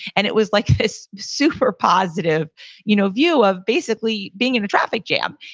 and it was like this super positive you know view of basically being in a traffic jam.